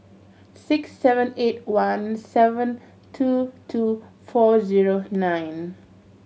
six seven eight one seven two two four zero nine